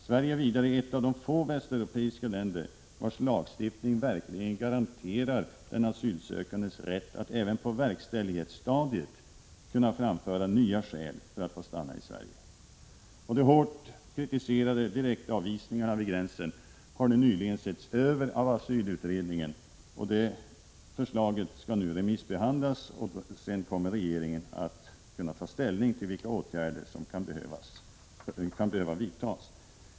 Sverige är vidare ett av de få västeuropeiska länder, vilkas lagstiftning verkligen garanterar den asylsökandes rätt att även på verkställighetsstadiet framföra nya skäl för att få stanna i landet. De hårt kritiserade direktavvisningarna vid gränsen har nyligen setts över av asylutredningen. Dess förslag skall nu remissbehandlas, och regeringen kommer därefter att ta ställning till vilka åtgärder som kan behöva vidtas.